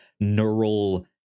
neural